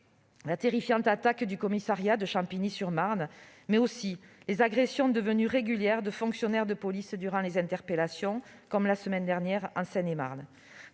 la terrifiante attaque du commissariat de Champigny-sur-Marne, mais aussi les agressions devenues régulières de fonctionnaires de police durant les interpellations, comme la semaine dernière en Seine-et-Marne